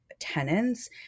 tenants